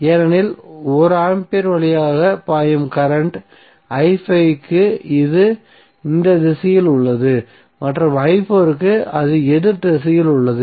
ஏனெனில் 1 ஓம் வழியாக பாயும் கரண்ட் க்கு இது இந்த திசையில் உள்ளது மற்றும் அது எதிர் திசையில் உள்ளது